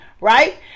right